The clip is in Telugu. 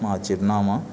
మా చిరునామా